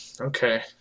okay